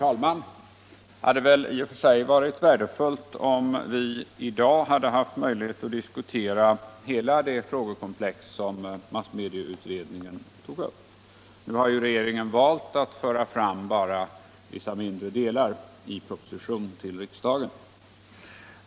Herr talman! Det hade i och för sig varit värdefullt om vi i dag hade haft möjligheter att diskutera hela det frågekomplex som massmedieutredningen tog upp. Nu har regeringen valt att föra fram endast mindre delar i proposition till riksdagen.